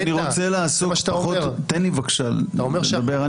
תן לי בבקשה לדבר,